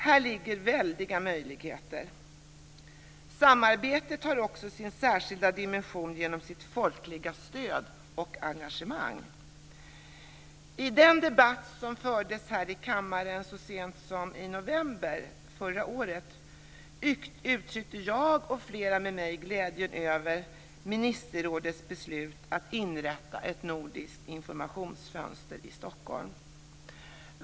Här ligger väldiga möjligheter. Samarbetet har också sin särskilda dimension genom sitt folkliga stöd och engagemang. I den debatt som fördes här i kammaren så sent som i november förra året uttryckte jag och flera med mig glädjen över ministerrådets beslut att inrätta ett nordiskt informationsfönster i Stockholm.